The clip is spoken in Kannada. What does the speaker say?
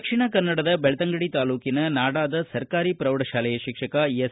ದಕ್ಷಿಣ ಕನ್ನಡದ ಬೆಳ್ತಂಗಡಿ ತಾಲೂಕಿನ ನಾಡಾದ ಸರ್ಕಾರಿ ಪ್ರೌಢಶಾಲೆಯ ಶಿಕ್ಷಕ ಎಸ್